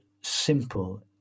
simple